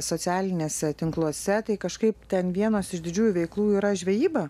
socialiniuose tinkluose tai kažkaip ten vienos iš didžiųjų veiklų yra žvejyba